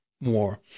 more